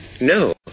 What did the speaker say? No